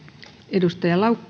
arvoisa rouva